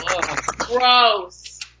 gross